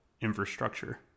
infrastructure